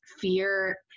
fear